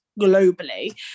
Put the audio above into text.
globally